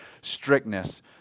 strictness